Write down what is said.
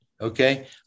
Okay